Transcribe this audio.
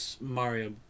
Mario